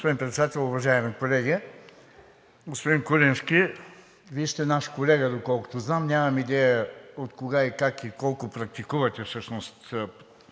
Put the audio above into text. Господин Председател, уважаеми колеги! Господин Куленски, Вие сте наш колега, доколкото знам. Нямам идея от кога, как и колко практикувате всъщност